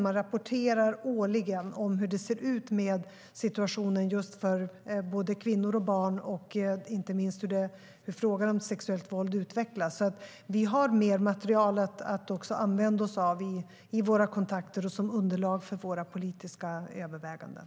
Man rapporterar årligen om situationen för kvinnor och barn och inte minst om hur frågan om sexuellt våld utvecklas. Vi har mer material att använda oss av i våra kontakter och som underlag för våra politiska överväganden.